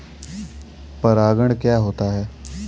परागण क्या होता है?